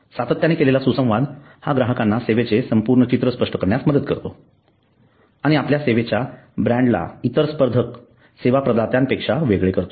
सातत्याने केलेला सुसंवाद हा ग्राहकांना सेवेचे संपूर्ण चित्र स्पष्ट करण्यास मदत करतो आणि आपल्या सेवेच्या ब्रँड ला इतर स्पर्धक प्रदात्यानंपेक्षा वेगळे करतो